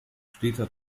steter